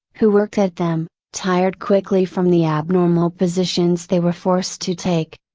who worked at them, tired quickly from the abnormal positions they were forced to take?